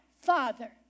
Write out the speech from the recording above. father